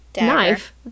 knife